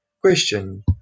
Question